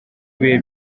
ibihe